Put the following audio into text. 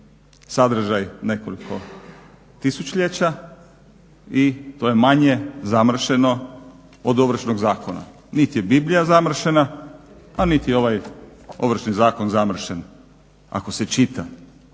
sadržaj nekoliko tisućljeća i to je manje zamršeno od Ovršnog zakona. Niti je Biblija zamršena, a niti je ovaj Ovršni zakon zamršen, ako se čita